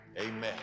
Amen